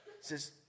says